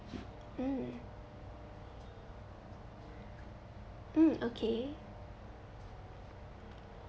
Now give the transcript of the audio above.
mm mm okay